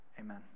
Amen